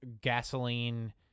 gasoline